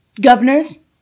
Governors